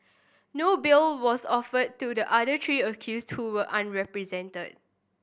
no bail was offered to the other three accused who are unrepresented